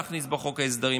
להכניס בחוק ההסדרים.